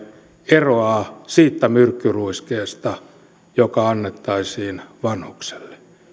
eroaa siitä myrkkyruiskeesta joka annettaisiin vanhukselle